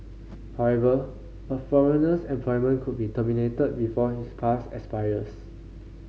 however a foreigner's employment could be terminated before his pass expires